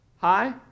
Hi